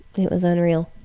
it was unreal.